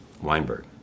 Weinberg